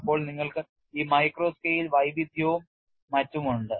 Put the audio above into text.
അപ്പോൾ നിങ്ങൾക്ക് ഈ മൈക്രോ സ്കെയിൽ വൈവിധ്യവും മറ്റും ഉണ്ട്